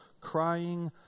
crying